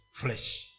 flesh